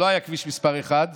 עוד לא היה כביש מס' 1,